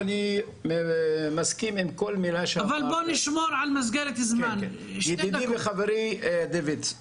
אני מסכים עם כל מילה שאמר ידידי וחברי דוידסון.